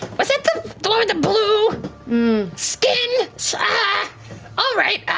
was that the the one with the blue skin? ah all right,